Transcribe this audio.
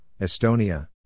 Estonia